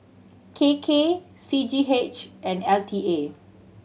K K C G H and L T A